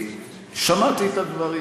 שמעתי את הדברים.